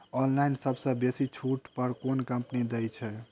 Online सबसँ बेसी छुट पर केँ कंपनी दइ छै?